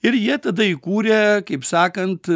ir jie tada įkūrė kaip sakant